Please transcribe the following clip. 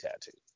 tattoo